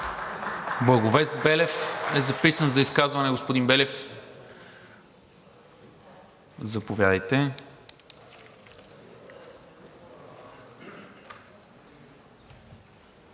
Благовест Белев е записан за изказване. Господин Белев, заповядайте.